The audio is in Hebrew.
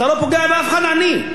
אתה לא פוגע באף עני.